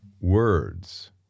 words